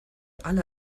alle